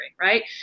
right